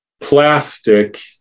plastic